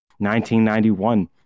1991